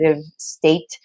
state